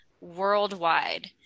worldwide